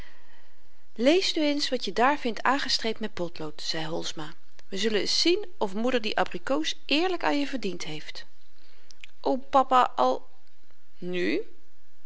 lees nu eens wat je daar vindt aangestreept met potlood zei holsma we zullen zien of moeder die abrikoos eerlyk aan je verdiend heeft o papa al nu